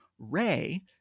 ray